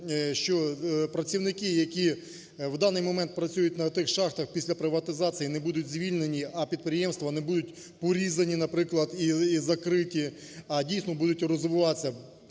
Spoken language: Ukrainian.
що працівники, які в даний момент працюють на тих шахтах після приватизації і не будуть звільнені, а підприємства не будуть порізані, наприклад, і закриті, а дійсно будуть розвиватися.